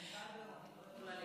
היא כבר בעוני.